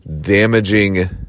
damaging